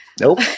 Nope